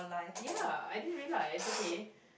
ya I didn't realise okay